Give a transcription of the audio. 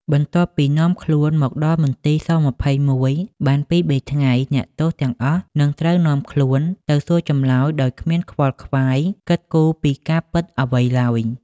បន្ទាប់ពីនាំខ្លួនមកដល់មន្ទីរ ស-២១ បានពីរ-បីថ្ងៃ អ្នកទោសទាំងអស់នឹងត្រូវនាំខ្លួនទៅសួរចម្លើយដោយគ្មានខ្វល់ខ្វាយគិតគូរពីការពិតអ្វីឡើយ ។